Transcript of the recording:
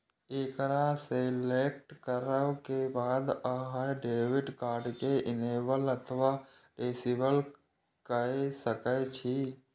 एकरा सेलेक्ट करै के बाद अहां डेबिट कार्ड कें इनेबल अथवा डिसेबल कए सकै छी